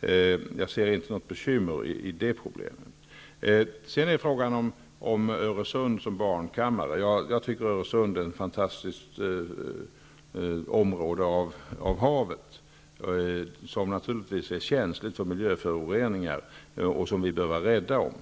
Men jag ser inte detta problem som något större bekymmer. Sedan till frågan om Öresund som barnkammare. Jag tycker att Öresund är ett fantastiskt havsområde, som naturligtvis är känsligt för miljöföroreningar och som vi bör vara rädda om.